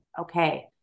Okay